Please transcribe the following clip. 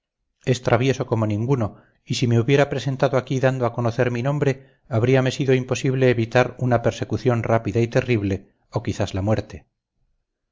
es travieso como ninguno y si me hubiera presentado aquí dando a conocer mi nombre habríame sido imposible evitar una persecución rápida y terrible o quizás la muerte